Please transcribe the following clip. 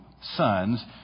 sons